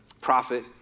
prophet